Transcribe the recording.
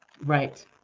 Right